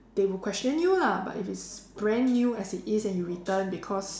they would question you lah but if it's brand new as it is and you return because